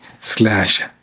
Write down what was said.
slash